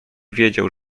wiedział